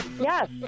Yes